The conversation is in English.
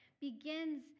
begins